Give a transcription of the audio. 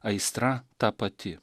aistra ta pati